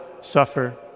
suffer